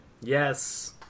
Yes